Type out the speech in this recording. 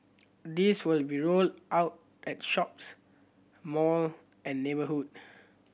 these will be rolled out at shops mall and neighbourhood